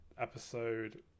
episode